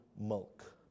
milk